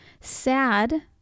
SAD